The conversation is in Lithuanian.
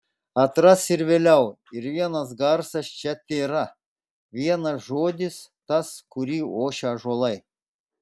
atras ir vėliau ir vienas garsas čia tėra vienas žodis tas kurį ošia ąžuolai